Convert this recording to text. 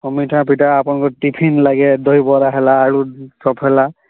ମିଠା ଫିଠା ଆପଣଙ୍କ ଟିଫିନ ଲାଗେ ଦହିବରା ହେଲା ଆଳୁ ଚପ୍ ହେଲା